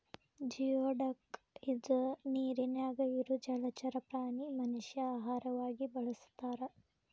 geoduck ಇದ ನೇರಿನ್ಯಾಗ ಇರು ಜಲಚರ ಪ್ರಾಣಿ ಮನಷ್ಯಾ ಆಹಾರವಾಗಿ ಬಳಸತಾರ